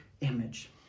image